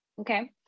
Okay